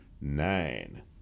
nine